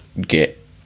get